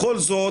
בכל זאת,